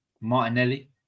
Martinelli